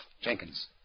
Jenkins